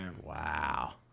Wow